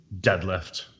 deadlift